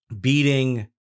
beating